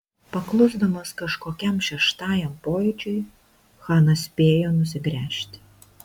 paklusdamas kažkokiam šeštajam pojūčiui chanas spėjo nusigręžti